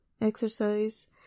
exercise